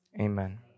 Amen